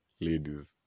ladies